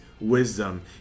wisdom